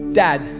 dad